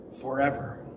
forever